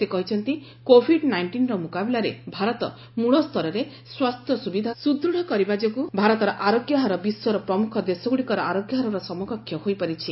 ସେ କହିଛନ୍ତି କୋଭିଡ ନାଇଷ୍ଟିନର ମୁକାବିଲାରେ ଭାରତ ମୂଳସ୍ତରରେ ସ୍ୱାସ୍ଥ୍ୟ ସୁବିଧାକୁ ସୁଦୂଢ଼ କରିବା ଯୋଗୁଁ ଭାରତର ଆରୋଗ୍ୟ ହାର ବିଶ୍ୱର ପ୍ରମୁଖ ଦେଶଗୁଡ଼ିକର ଆରୋଗ୍ୟ ହାରର ସମକକ୍ଷ ହୋଇପାରିଛି